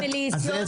בעיניי --- אבל עזבי,